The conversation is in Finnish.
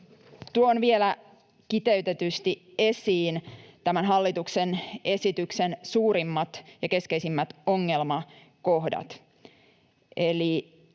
tuon vielä kiteytetysti esiin tämän hallituksen esityksen suurimmat ja keskeisimmät ongelmakohdat.